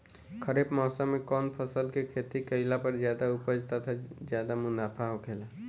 खरीफ़ मौसम में कउन फसल के खेती कइला पर ज्यादा उपज तथा ज्यादा मुनाफा होखेला?